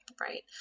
Right